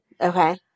okay